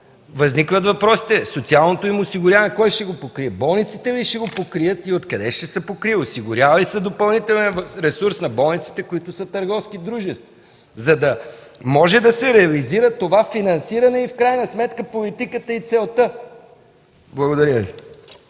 Възникват въпросите: социалното им осигуряване, кой ще го покрие – болниците ли ще го покрият, и откъде ще се покрива? Осигурява ли се допълнителен ресурс на болниците, които са търговски дружества, за да може да се реализира това финансиране и в крайна сметка политиката и целта? Благодаря Ви.